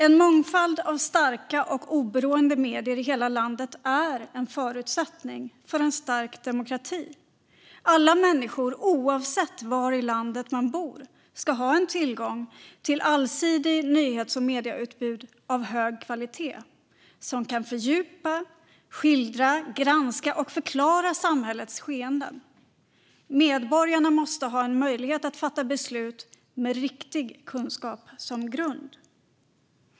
En mångfald av starka och oberoende medier i hela landet är en förutsättning för en stark demokrati. Alla människor, oavsett var i landet man bor, ska ha tillgång till ett allsidigt nyhets och medieutbud av hög kvalitet som kan fördjupa, skildra, granska och förklara samhällets skeenden. Medborgarna måste ha möjlighet att fatta beslut med riktig kunskap som grund.